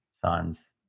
sons